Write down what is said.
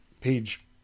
page